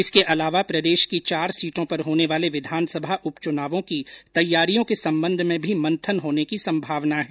इसके अलावा प्रदेश की चार सीटों पर होने वाले विधानसभा उप चुनावों की तैयारियों के संबंध में भी मंथन होने की संभावना है